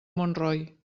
montroi